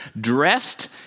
Dressed